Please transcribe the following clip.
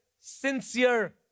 sincere